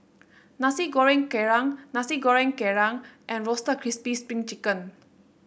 Nasi Goreng Kerang Nasi Goreng Kerang and Roasted Crispy Spring Chicken